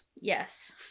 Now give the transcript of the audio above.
Yes